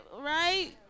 right